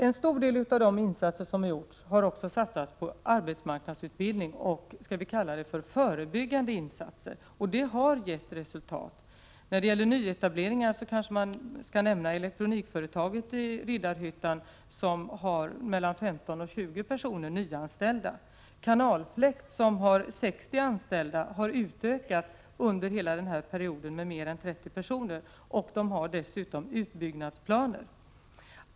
En stor del av de insatser som gjorts har inriktats på arbetsmarknadsutbildning och på förebyggande åtgärder, och de har gett resultat. När det gäller nyetableringar kan nämnas elektronikföretaget i Riddarhyttan, som har mellan 15 och 20 nyanställda personer. Kanalfläkt, där det finns 60 anställda, har under hela denna period utökat med mer än 30 personer och har dessutom utbyggnadsplaner.